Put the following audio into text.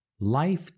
Life